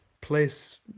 place